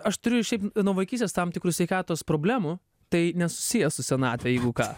aš turiu šiaip nuo vaikystės tam tikrų sveikatos problemų tai nesusiję su senatve jeigu ką